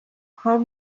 how